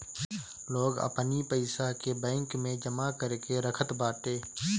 लोग अपनी पईसा के बैंक में जमा करके रखत बाटे